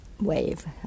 wave